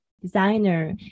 designer